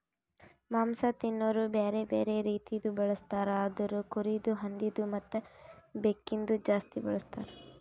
ಮಾಂಸ ತಿನೋರು ಬ್ಯಾರೆ ಬ್ಯಾರೆ ರೀತಿದು ಬಳಸ್ತಾರ್ ಅದುರಾಗ್ ಕುರಿದು, ಹಂದಿದು ಮತ್ತ್ ಮೇಕೆದು ಜಾಸ್ತಿ ಬಳಸ್ತಾರ್